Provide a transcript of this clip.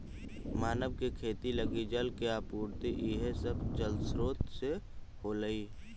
मानव के खेती लगी जल के आपूर्ति इहे सब जलस्रोत से होलइ